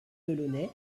delaunay